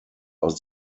aus